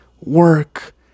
work